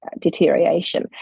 deterioration